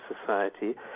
society